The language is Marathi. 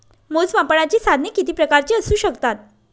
मोजमापनाची साधने किती प्रकारची असू शकतात?